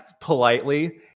politely